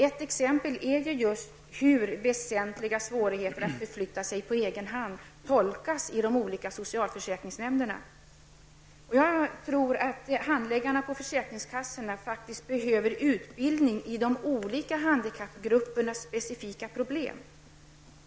Ett exempel är just hur begreppet ''väsentliga svårigheter att förflytta sig på egen hand'' tolkas i de olika socialförsäkringsnämnderna. Jag tror att handläggarna på försäkringskassorna behöver utbildning om de olika handikappgruppernas specifika problem.